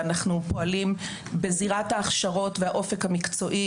אנחנו פועלים בזירת ההכשרות והאופק המקצועי,